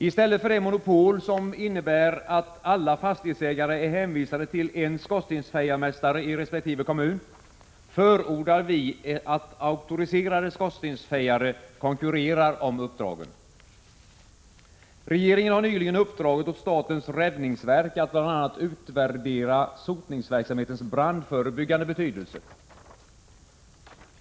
I stället för det monopol som innebär att alla fastighetsägare är hänvisade till en skorstensfejarmästare i resp. kommun förordar vi att auktoriserade skorstensfejare konkurrerar om uppdragen. Regeringen har nyligen uppdragit åt statens räddningsverk att bl.a. utvärdera sotningsverksamhetens brandförebyggande betydelse.